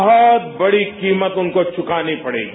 बहुत बड़ी कीमत उनको चुकानी पडेगी